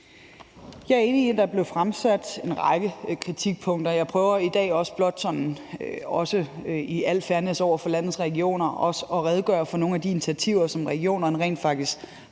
Jeg er enig i, at der blev fremsat en række kritikpunkter, og jeg prøver i dag også blot sådan i al fairness over for landets regioner at redegøre for nogle af de initiativer, som regionerne rent faktisk